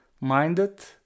minded